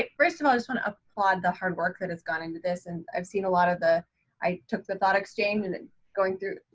ah first of all, i just wanna applaud the hard work that has gone into this. and i've seen a lot of, i took the thought exchange and and going through,